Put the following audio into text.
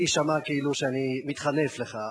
זה יישמע כאילו אני מתחנף אליך,